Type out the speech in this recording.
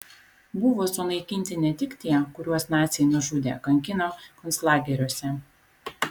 buvo sunaikinti ne tik tie kuriuos naciai nužudė kankino konclageriuose